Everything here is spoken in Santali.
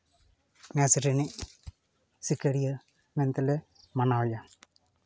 ᱱᱮᱥ ᱨᱮᱱᱤᱡ ᱥᱤᱠᱟᱹᱨᱤᱭᱟᱹ ᱢᱮᱱ ᱛᱮᱞᱮ ᱢᱟᱱᱟᱣ ᱮᱭᱟ